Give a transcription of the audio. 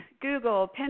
google